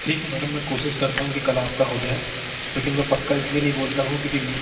ठीक है मैडम मैं कोशिश करता हूँ कि कल आपका हो जाए लेकिन मैं पक्का इस लिए नहीं बोलता हूँ क्योंकि मैं